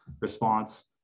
response